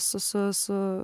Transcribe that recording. su su su